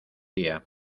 día